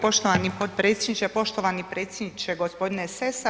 Poštovani potpredsjedniče, poštovani predsjedniče gospodine Sesa.